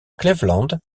cleveland